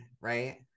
Right